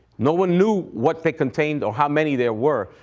no one knew what they contained or how many there were.